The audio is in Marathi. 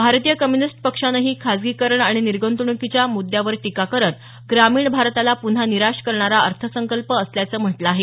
भारतीय कम्युनिस्ट पक्षानेही खासगीकरण आणि निर्गृंतवणुकीच्या मुद्यावर टीका करत ग्रामीण भारताला पुन्हा निराश करणारा अर्थ संकल्प असल्याचं म्हटलं आहे